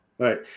Right